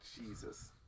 Jesus